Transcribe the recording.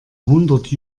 hundert